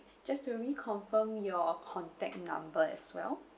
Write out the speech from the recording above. just to reconfirm your contact number as well